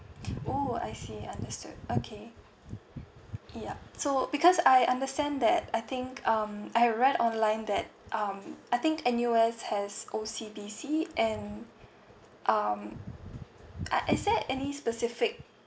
oh I see understood okay yup so because I understand that I think um I read online that um I think N_S_U has O_C_B_C and um uh is there any specific